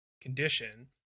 condition